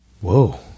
Whoa